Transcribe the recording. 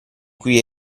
cui